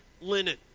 linen